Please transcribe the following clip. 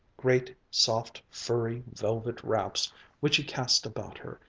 great soft, furry, velvet wraps which he cast about her,